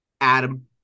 Adam